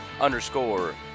underscore